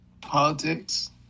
Politics